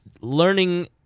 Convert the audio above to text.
learning